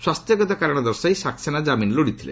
ସ୍ୱାସ୍ଥ୍ୟଗତ କାରଣ ଦର୍ଶାଇ ସକ୍ସେନା କାମିନ ଲୋଡିଥିଲେ